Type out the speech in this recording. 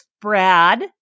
Brad